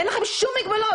אין לכם שום מגבלות.